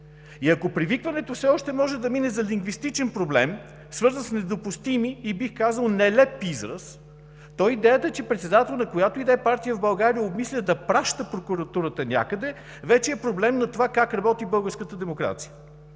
И ако привикването все още може да мине за лингвистичен проблем, свързан с недопустим, и, бих казал, нелеп израз, то идеята, че председателят на която и да е партия в България обмисля да праща прокуратурата някъде, вече е проблем на това как работи българската демокрация